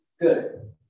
good